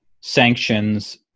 sanctions